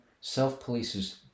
self-polices